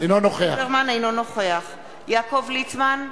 אינו נוכח יעקב ליצמן,